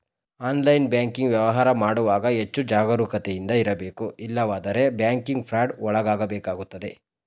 online banking ವ್ಯವಹಾರ ಮಾಡುವಾಗ ಹೆಚ್ಚು ಜಾಗರೂಕತೆಯಿಂದ ಇರಬೇಕು ಇಲ್ಲವಾದರೆ ಬ್ಯಾಂಕಿಂಗ್ ಫ್ರಾಡ್ ಒಳಗಾಗಬೇಕಾಗುತ್ತದೆ